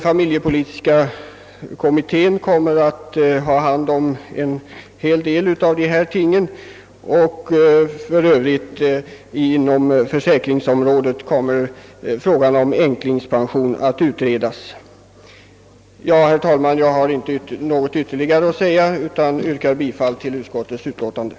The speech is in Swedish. Familjepolitiska kommittén kommer dock att få hand om en hel del av frågorna i det sammanhanget, och frågan om änklingspensionen kommer att utredas i försäkringssammanhang. Herr talman! Jag har inget ytterligare att tillägga utan yrkar bifall till utskottets hemställan.